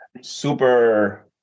Super